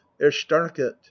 erstarket